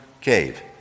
cave